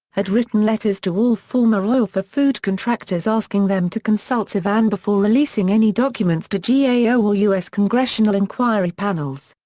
had written letters to all former oil-for-food contractors asking them to consult sevan before releasing any documents to yeah gao or us congressional inquiry panels.